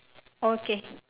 okay